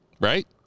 Right